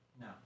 No